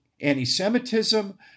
anti-Semitism